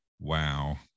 Wow